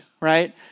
Right